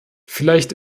vielleicht